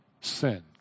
sin